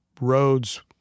roads